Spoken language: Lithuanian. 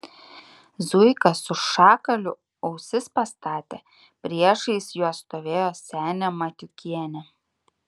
zuika su šakaliu ausis pastatė priešais juos stovėjo senė matiukienė